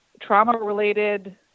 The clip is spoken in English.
trauma-related